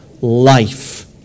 life